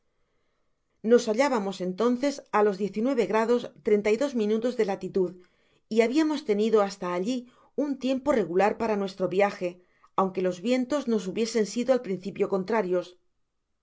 nos hallábamos entonces á los diez y nueve grados treinta y dos minutos de latitud y habiamos tenido hasta alli un tiempo regular para nuestro viaje aunque los vientos nos hubiesen sido al principio contrarios